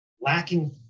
Lacking